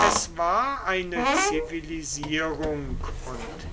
es war eine zivilisierung und